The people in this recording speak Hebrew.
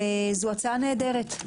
זו הצעה נהדרת.